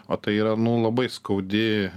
o tai yra nu labai skaudi